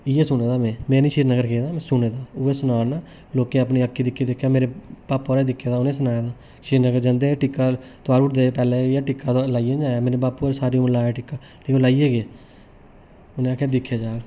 इ'यै सुने दा में में नी श्रीनगर गेदा में सुने दा उ'ऐ सना ना लोकें अपनी अक्खीं दिक्खेआ मेरे पापा होरें दिक्खे दा उ'नें सनाए दा श्रीनगर जंदे हे टिक्का तोआरी ओड़दे हे पैहलें गै टिक्का लाइयै नी जायां मेरे बापू होरें सारी उम्र लाया टिक्का ते ओह् लाइयै गे उनें आखेआ दिक्खेआ जाह्ग